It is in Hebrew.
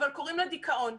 אבל קוראים לה דיכאון.